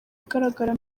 igaragara